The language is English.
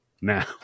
Now